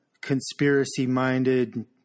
conspiracy-minded